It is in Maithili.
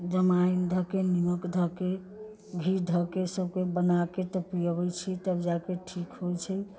जमाइन धऽ के नीमक धऽ के घी धऽके सबके बनाके तब पियाबै छियै तब जाके ठीक होइ छै